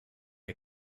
are